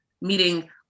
meeting